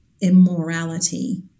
immorality